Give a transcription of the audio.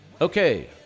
Okay